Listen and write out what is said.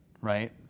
right